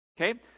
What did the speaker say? okay